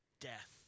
death